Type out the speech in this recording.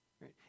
Right